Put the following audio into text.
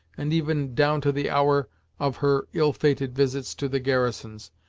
and even down to the hour of her ill fated visits to the garrisons,